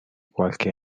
qualche